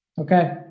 Okay